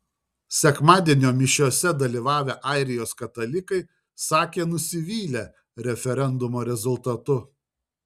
sekmadienio mišiose dalyvavę airijos katalikai sakė nusivylę referendumo rezultatu